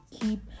keep